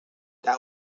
that